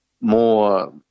more